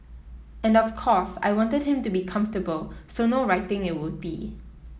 and of course I wanted him to be comfortable so no writing it would be